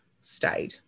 stayed